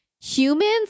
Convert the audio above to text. humans